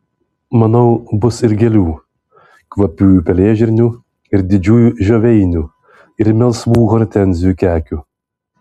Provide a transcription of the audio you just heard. manau bus ir gėlių kvapiųjų pelėžirnių ir didžiųjų žioveinių ir melsvų hortenzijų kekių